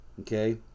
okay